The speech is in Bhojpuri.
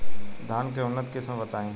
धान के उन्नत किस्म बताई?